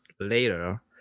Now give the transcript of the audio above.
later